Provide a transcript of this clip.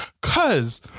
cause